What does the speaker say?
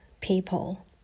people